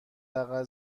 اقل